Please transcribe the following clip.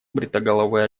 бритоголовый